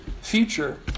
future